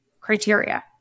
criteria